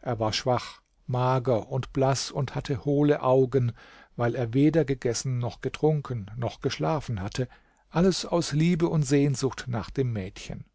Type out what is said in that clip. er war schwach mager und blaß und hatte hohle augen weil er weder gegessen noch getrunken noch geschlafen hatte alles aus liebe und sehnsucht nach dem mädchen